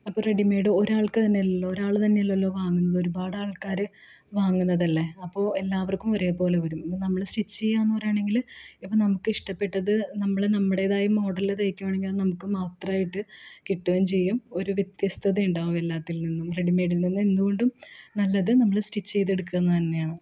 അപ്പോൾ റെഡിമെയ്ഡ് ഒരാൾക്ക് തന്നെയല്ലല്ലോ ഒരാൾ തന്നെയല്ലല്ലോ വാങ്ങുന്നത് ഒരുപാട് ആൾക്കാർ വാങ്ങുന്നതല്ലെ അപ്പോൾ എല്ലാവർക്കും ഒരേപോലെ വരും ഇനി നമ്മൾ സ്റ്റിച്ച് ചെയ്യാമെന്ന് പറയുകയാണെങ്കിൽ ഇപ്പം നമുക്കിഷ്ടപ്പെട്ടത് നമ്മൾ നമ്മുടേതായ മോഡലിൽ തയ്യിക്കുകയാണെങ്കിൽ അത് നമുക്ക് മാത്രമായിട്ട് കിട്ടുകയും ചെയ്യും ഒരു വ്യത്യസ്തതയുണ്ടാവും എല്ലാത്തിൽ നിന്നും റെഡിമെയ്ഡിൽ നിന്ന് എന്തുകൊണ്ടും നല്ലത് നമ്മൾ സ്റ്റിച്ച് ചെയ്ത് എടുക്കുന്നത് തന്നെയാണ്